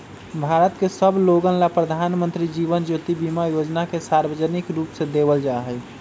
भारत के सब लोगन ला प्रधानमंत्री जीवन ज्योति बीमा योजना के सार्वजनिक रूप से देवल जाहई